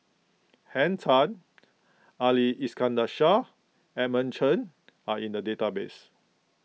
Henn Tan Ali Iskandar Shah Edmund Chen are in the database